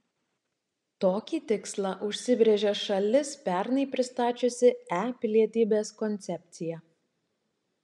tokį tikslą užsibrėžė šalis pernai pristačiusi e pilietybės koncepciją